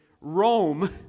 Rome